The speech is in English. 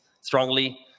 strongly